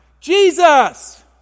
Jesus